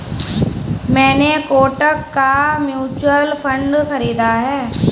मैंने कोटक का mutual fund खरीदा है